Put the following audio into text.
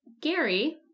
Gary